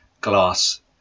glass